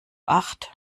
acht